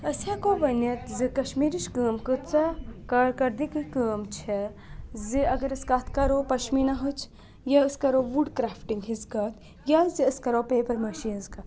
أسۍ ہٮ۪کو ؤنِتھ زِ کَشمیٖرٕچ کٲم کۭژاہ کارکَردٕگی کٲم چھےٚ زِ اَگر أسۍ کَتھ کَرو پَشمینَہ ہٕچ یا أسۍ کَرو وُڈ کرٛافٹِنٛگ ہِنٛز کَتھ یا زِ أسۍ کَرو پیپَر مٲشی ہٕنٛز کَتھ